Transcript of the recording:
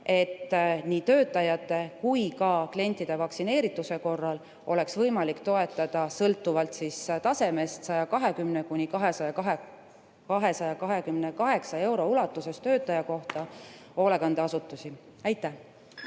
et nii töötajate kui ka klientide vaktsineerituse korral oleks võimalik toetada sõltuvalt [vaktsineerituse] tasemest 120–228 euro ulatuses töötaja kohta hoolekandeasutusi. Aitäh!